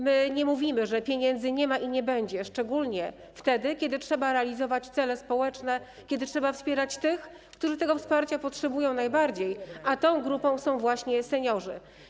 My nie mówimy, że nie ma i nie będzie pieniędzy, szczególnie wtedy, kiedy trzeba realizować cele społeczne, kiedy trzeba wspierać tych, którzy tego wsparcia potrzebują najbardziej, a tą grupą są właśnie seniorzy.